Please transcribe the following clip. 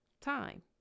Time